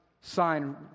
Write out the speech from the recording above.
sign